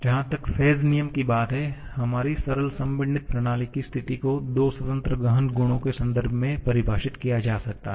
जहां तक फेज़ नियम की बात है हमारी सरल संपीड़ित प्रणाली की स्थिति को दो स्वतंत्र गहन गुणों के संदर्भ में परिभाषित किया जा सकता है